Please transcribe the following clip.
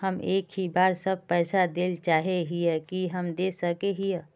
हम एक ही बार सब पैसा देल चाहे हिये की हम दे सके हीये?